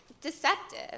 deceptive